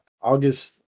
August